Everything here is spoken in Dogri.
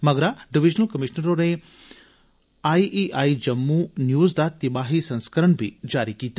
मगरा डिवीजनल कमीशनर होरें आईईआई जम्मू न्यूज़ दा तिमाही संस्करण बी जारी कीता